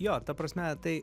jo ta prasme tai